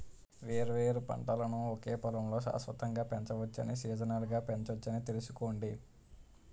వేర్వేరు పంటలను ఒకే పొలంలో శాశ్వతంగా పెంచవచ్చని, సీజనల్గా పెంచొచ్చని తెలుసుకోండి